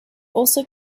also